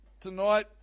tonight